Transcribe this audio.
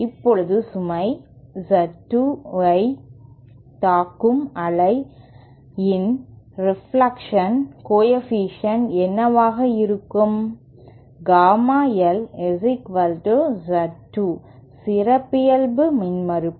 இப்போது சுமை Z 2 ஐ தாக்கும் அலை இன் ரெப்லக்ஷன் கோஎஃபீஷியேன்ட் என்னவாக இருக்கும் காமா l Z 2 சிறப்பியல்பு மின்மறுப்பு